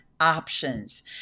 Options